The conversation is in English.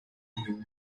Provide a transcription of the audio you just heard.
him